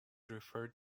referred